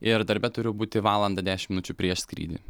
ir darbe turiu būti valandą dešimt minučių prieš skrydį